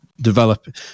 Develop